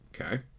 Okay